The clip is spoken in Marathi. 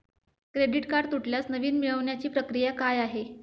क्रेडिट कार्ड तुटल्यास नवीन मिळवण्याची प्रक्रिया काय आहे?